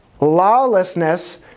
lawlessness